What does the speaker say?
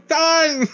done